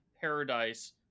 paradise